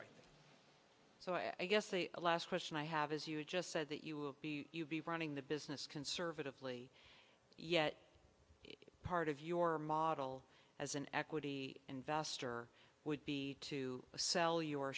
right so i guess the last question i have is you just said that you will be running the business conservatively yet if part of your model as an equity investor would be to sell your